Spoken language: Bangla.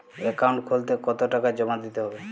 অ্যাকাউন্ট খুলতে কতো টাকা জমা দিতে হবে?